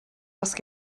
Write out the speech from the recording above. ask